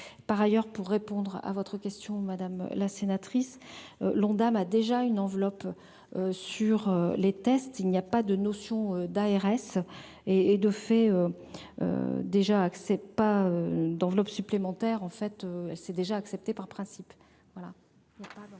Par ailleurs, pour répondre à votre question madame la sénatrice l'Ondam a déjà une enveloppe sur les tests, il n'y a pas de notion d'ARS et et de fait déjà accès pas d'enveloppe supplémentaire en fait c'est déjà acceptée par principe voilà.